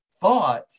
thought